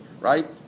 right